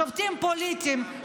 שופטים פוליטיים,